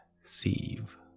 sieve